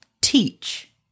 Teach